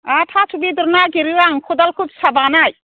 आरो थास' बेदर नागिरो आं खदालखौ फिसा बानाय